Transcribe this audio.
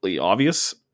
obvious